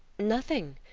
nothing.